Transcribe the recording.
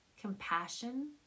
compassion